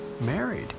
married